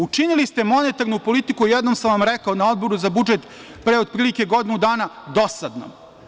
Učinili ste monetarnu politiku, jednom sam vam rekao na Odboru za budžet pre otprilike godinu dana, dosadnom.